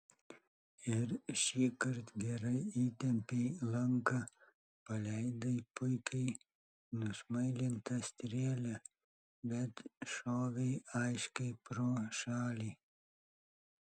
ir šįkart gerai įtempei lanką paleidai puikiai nusmailintą strėlę bet šovei aiškiai pro šalį